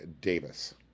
Davis